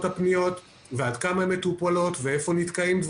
הפניות ועד כמה הן מטופלות ואיפה דברים נתקעים,